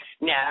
no